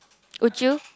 would you